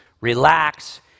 relax